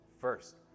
first